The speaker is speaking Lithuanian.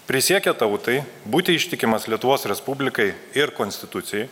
prisiekia tautai būti ištikimas lietuvos respublikai ir konstitucijai